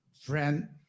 friend